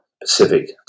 Pacific